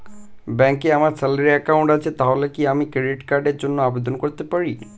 ব্যাংকে আমার salary account আছে তাহলে কি আমি ক্রেডিট কার্ড র জন্য আবেদন করতে পারি?